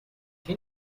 can